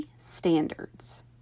standards